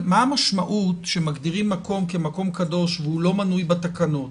מה המשמעות שמגדירים מקום כמקום קדוש והוא לא מנוי בתקנות?